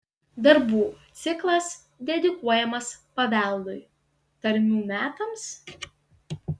darbų ciklas dedikuojamas paveldui tarmių metams